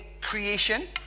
creation